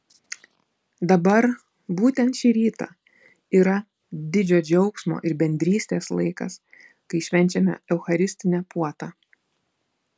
dabar būtent šį rytą yra didžio džiaugsmo ir bendrystės laikas kai švenčiame eucharistinę puotą